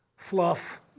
Fluff